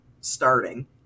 starting